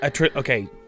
Okay